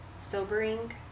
sobering